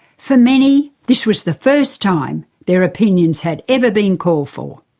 for many, this was the first time their opinions had ever been called for.